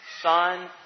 Son